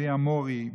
בלי המורי,